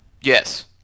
Yes